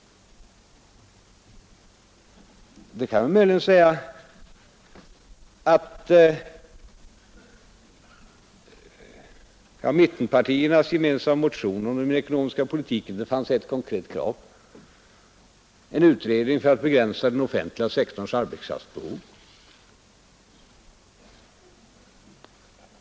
I mittenpartiernas gemensamma reservation om den ekonomiska politiken fanns ett konkret krav: en utredning för att begränsa den offentliga sektorns arbetskraftsbehov.